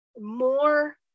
more